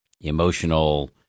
emotional